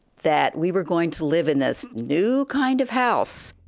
that we were going to live in this new kind of house.